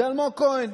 זה אלמוג כהן.